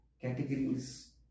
categories